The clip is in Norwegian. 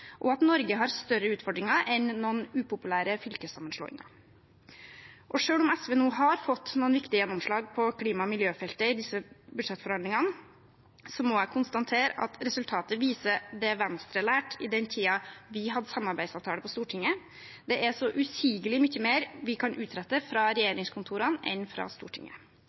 og at Norge har større utfordringer enn noen upopulære fylkessammenslåinger. Selv om SV nå har fått noen viktige gjennomslag på klima- og miljøfeltet i disse budsjettforhandlingene, må jeg konstatere at resultatet viser det Venstre lærte i den tiden vi hadde samarbeidsavtale på Stortinget: Det er så usigelig mye mer vi kan utrette fra regjeringskontorene enn fra Stortinget.